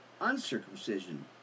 uncircumcision